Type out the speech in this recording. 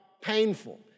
painful